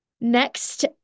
Next